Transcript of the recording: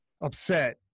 upset